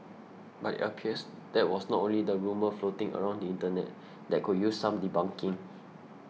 but it appears that was not only the rumour floating around the internet that could use some debunking